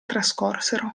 trascorsero